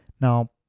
Now